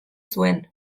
zuen